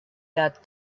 got